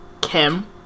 Kim